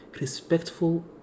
respectful